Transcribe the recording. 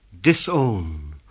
disown